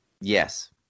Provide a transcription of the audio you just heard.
Yes